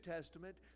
Testament